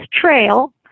trail